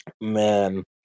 Man